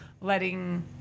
letting